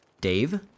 Dave